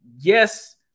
yes